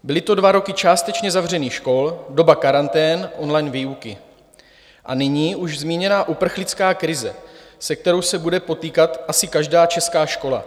Byly to dva roky částečně zavřených škol, doba karantén, online výuky, a nyní už zmíněná uprchlická krize, se kterou se bude potýkat asi každá česká škola.